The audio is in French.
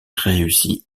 réussit